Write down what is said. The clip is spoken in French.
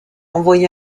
envoyé